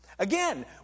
Again